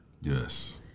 Yes